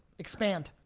expand.